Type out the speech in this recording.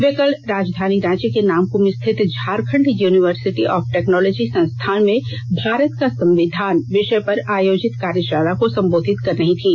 वे कल राजधानी रांची के नामक्म स्थित झारखण्ड यूनिवर्सिटी ऑफ टेक्नोलॉजी संस्थान में भारत का संविधान विषय पर आयोजित कार्यषाला को संबोधित कर रही थीं